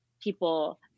people